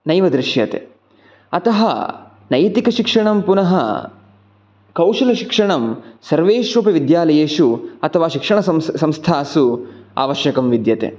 नैव दृश्यते अतः नैतिकशिक्षणं पुनः कौशलशिक्षणं सर्वेष्वपि विद्यालयेषु अथवा शिक्षण संस्थासु आवश्यकं विद्यते